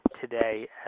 today